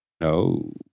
No